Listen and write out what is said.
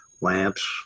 lamps